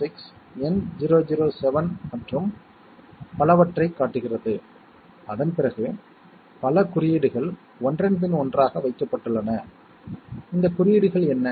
logic கேட்களை electronic circuitry மூலம் உணர முடியும் மேலும் அவை சிம்பல்ஸ்களால் குறிப்பிடப்படுகின்றன